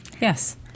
Yes